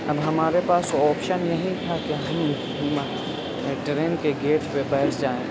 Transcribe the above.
اب ہمارے پاس آپشن نہیں تھا کہ ہم ٹرین کے گیٹ پہ بیٹھ جائیں